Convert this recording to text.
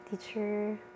teacher